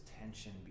tension